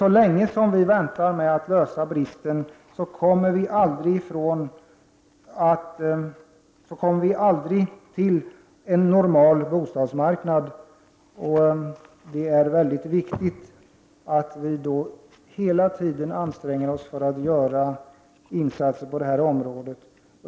Så länge vi inte kommer till rätta med bostadsbristen får vi aldrig en normal bostadsmark nad. Därför är det viktigt att vi hela tiden anstränger oss och gör insatser på detta område.